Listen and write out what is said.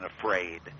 afraid